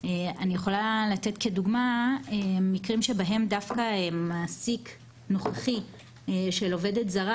אני יכולה לתת כדוגמה מקרים שבהם דווקא מעסיק נוכחי של עובדת זרה,